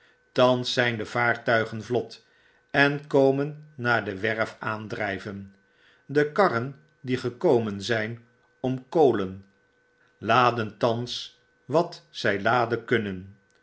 thans zijn de vaartuigen vlot en komen naar de werf aandrpen de karren die fekomen zp om kolen laden thans watzfl laden unnen